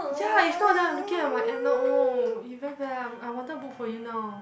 ya if not then I looking at my app now oh you very bad I I wanted to book for you now